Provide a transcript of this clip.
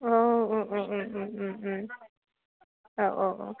अ औ औ